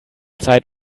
zeit